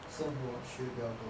生活学比较多